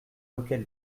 lequel